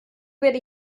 werde